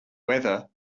weather